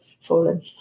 fallen